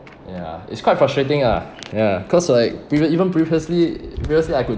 ya it's quite frustrating ah ya cause like pre~ even previously previously I could